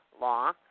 law